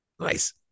nice